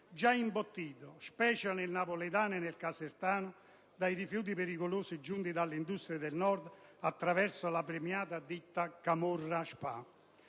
già imbottito, specie nel napoletano e nel casertano, di rifiuti pericolosi giunti dalle industrie del Nord attraverso la premiata ditta «Camorra Spa».